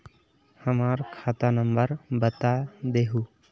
हमर खाता नंबर बता देहु?